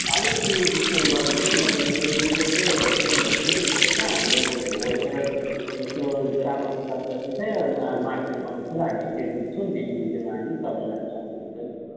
अलिकति डिस्काउन्ट गरिदिन्छु किनभन्दा यो प्रिन्टेडै होलसेल जतिकै हुन्छ त हाम्रो यो होलसेलर जस्तो चामलको दाम जति छ मार्केटमाअनुसार हामी त्यही लिन्छौँ बेसी लिँदैनौँ हामी तपाईँको लानु सक्नुहुन्छ नि